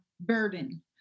burden